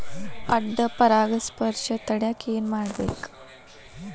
ಅಡ್ಡ ಪರಾಗಸ್ಪರ್ಶ ತಡ್ಯಾಕ ಏನ್ ಮಾಡ್ಬೇಕ್?